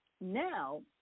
now